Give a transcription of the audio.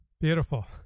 Beautiful